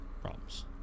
problems